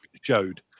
showed